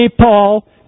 Paul